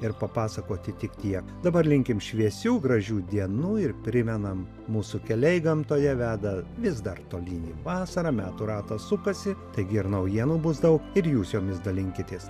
ir papasakoti tik tiek dabar linkim šviesių gražių dienų ir primenam mūsų keliai gamtoje veda vis dar tolyn į vasarą metų ratas sukasi taigi ir naujienų bus daug ir jūs jomis dalinkitės